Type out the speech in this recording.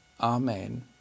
Amen